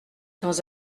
dans